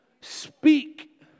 speak